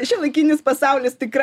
šiuolaikinis pasaulis tikra